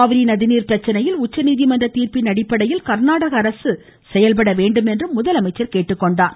காவிரி நதிநீர் பிரச்சனையில் உச்சநீதிமன்ற தீர்ப்பின் அடிப்படையில் கர்நாடக அரசு செயல்பட வேண்டுமென்று அவர் கேட்டுக்கொண்டார்